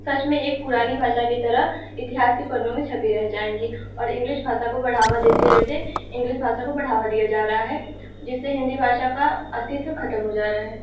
सच में एक पुरानी भाषा की तरह इतिहास के पन्नों में छपी रह जाएगी और इंग्लिश भाषा काे बढ़ावा देते देते इंग्लिस भाषा को बढ़ावा दिया जा रहा है जिससे हिन्दी भाषा का अस्तित्व ख़त्म हाे जा रहा है